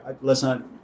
listen